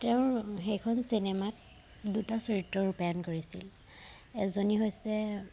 তেওঁৰ সেইখন চিনেমাত দুটা চৰিত্ৰ ৰূপায়ণ কৰিছিল এজনী হৈছে